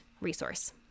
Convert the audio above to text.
resource